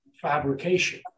fabrication